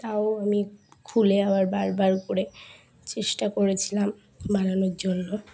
তাও আমি খুলে আবার বার বার করে চেষ্টা করেছিলাম বানানোর জন্য